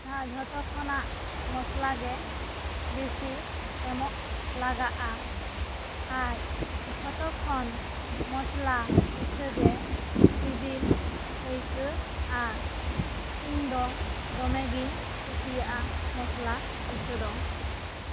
ᱪᱷᱟ ᱡᱷᱚᱛᱚ ᱠᱷᱚᱱᱟᱜ ᱢᱚᱥᱞᱟ ᱜᱮ ᱵᱮᱥᱤ ᱮᱢᱚᱜ ᱞᱟᱜᱟᱜ ᱟ ᱟᱨ ᱡᱷᱚᱛᱚ ᱠᱷᱚᱱ ᱢᱚᱥᱞᱟ ᱯᱤᱴᱷᱟᱹ ᱜᱮ ᱥᱤᱵᱤᱞ ᱟᱹᱭᱠᱟᱹᱜ ᱟ ᱤᱧᱫᱚ ᱫᱚᱢᱮ ᱜᱤᱧ ᱠᱩᱥᱤᱭᱟᱜ ᱟ ᱢᱚᱥᱞᱟ ᱯᱤᱴᱷᱟᱹ ᱫᱚ